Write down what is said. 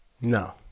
No